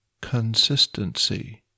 consistency